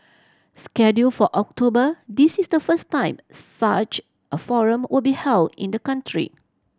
scheduled for October this is the first time such a forum will be held in the country